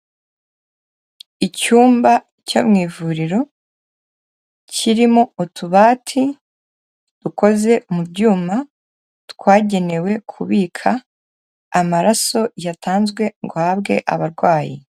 Icyumba cyo mu ivuriro kirimo utubati dukoze mu byuma, twagenewe kubika amaraso yatanzwe ngo ahabwe abarwayi.